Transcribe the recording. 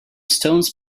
stones